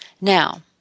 now